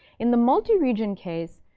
in the multi-region case,